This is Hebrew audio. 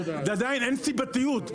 זה עדיין אין סיבתיות.